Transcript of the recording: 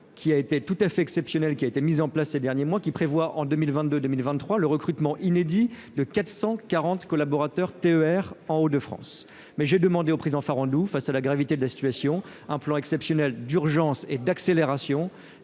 qui a été tout à fait exceptionnel qui a été mis en place ces derniers mois, qui prévoit en 2022 2023 le recrutement inédit de 440 collaborateurs TER en haut de France mais j'ai demandé au président Farandou face à la gravité de la situation, un plan exceptionnel d'urgence et d'accélération